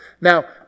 Now